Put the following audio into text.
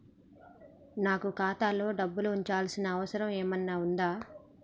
నాకు ఖాతాలో డబ్బులు ఉంచాల్సిన అవసరం ఏమన్నా ఉందా?